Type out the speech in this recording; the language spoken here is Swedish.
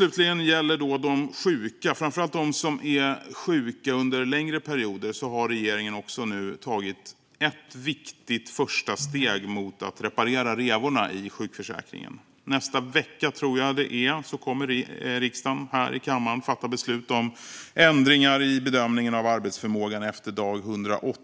Vad gäller de sjuka, framför allt de som är sjuka under längre perioder, har regeringen nu tagit ett viktigt första steg mot att reparera revorna i sjukförsäkringen. Nästa vecka, tror jag att det är, kommer riksdagen här i kammaren att fatta beslut om ändringar i bedömningen av arbetsförmågan efter dag 180